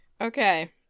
Okay